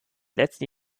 letzten